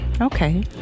Okay